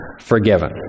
forgiven